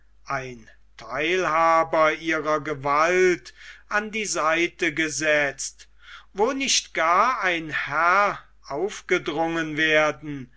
ein theilhaber ihrer gewalt an die seite gesetzt wo nicht gar ein herr aufgedrungen werden